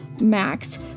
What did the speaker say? max